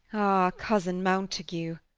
ah, cousin mountague,